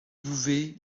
bouvet